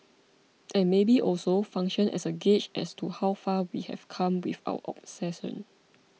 and maybe also function as a gauge as to how far we have come with our obsession